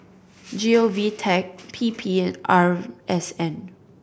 G O V Tech P P and R S N